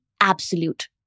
absolute